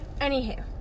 Anywho